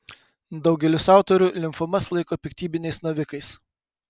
daugelis autorių limfomas laiko piktybiniais navikais